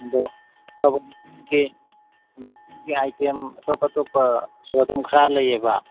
ꯑꯗꯨ ꯑꯥꯏꯇꯦꯝ ꯑꯇꯣꯞ ꯑꯇꯣꯞꯄꯁꯨ ꯑꯗꯨꯝ ꯈꯔ ꯂꯩꯌꯦꯕ